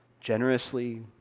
generously